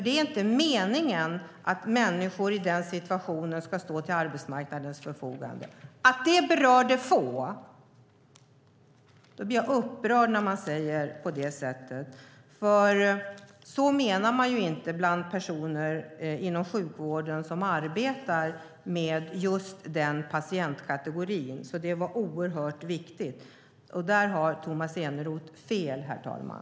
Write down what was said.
Det är inte meningen att människor i den situationen ska stå till arbetsmarknadens förfogande. Jag blir upprörd när man säger att det berörde få. Det menar inte de personer inom sjukvården som arbetar med just den patientkategorin. Det var oerhört viktigt. Där har Tomas Eneroth fel, herr talman.